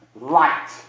light